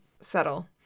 settle